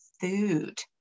food